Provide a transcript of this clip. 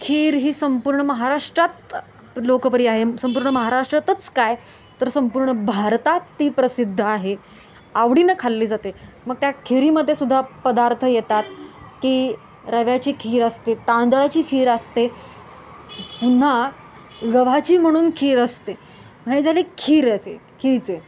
खीर ही संपूर्ण महाराष्ट्रात लोकप्रिय आहे संपूर्ण महाराष्ट्रातच काय तर संपूर्ण भारतात ती प्रसिद्ध आहे आवडीनं खाल्ली जाते मग त्या खिरीमध्येसुद्धा पदार्थ येतात की रव्याची खीर असते तांदळाची खीर असते पुन्हा रवाची म्हणून खीर असते ही झाली खीरचे खीरचे